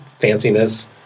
fanciness